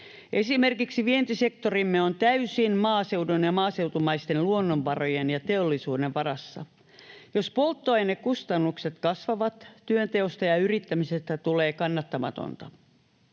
Esimerkiksi vientisektorimme on täysin maaseudun ja maaseutumaisten luonnonvarojen ja teollisuuden varassa. Jos polttoainekustannukset kasvavat, työnteosta ja yrittämisestä tulee kannattamatonta.